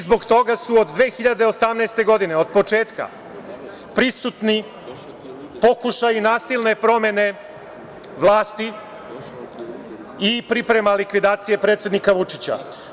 Zbog toga su od 2018. godine, od početka, prisutni pokušaju nasilne promene vlasti i priprema likvidacije predsednika Vučića.